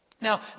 Now